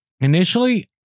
initially